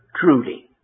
truly